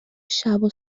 شبو